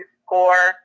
score